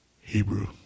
Hebrew